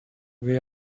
way